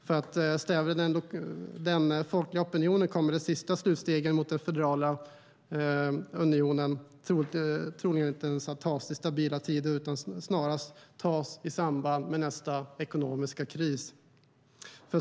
För att stävja den folkliga opinionen kommer de sista slutstegen mot den federala unionen troligen inte ens att tas i stabila tider utan snarast tas i samband med nästa ekonomiska kris.